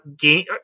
game